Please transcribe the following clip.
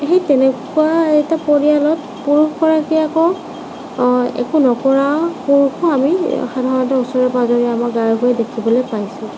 সেই তেনেকুৱা এটা পৰিয়ালত পুৰুষগৰাকী আকৌ একো নকৰা পুৰুষো আমি সাধাৰণতে ওচৰে পাঁজৰে আমাৰ গাঁৱে ভূঞে দেখিবলৈ পাইছোঁ